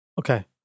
Okay